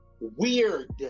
Weird